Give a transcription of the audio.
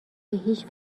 هیچ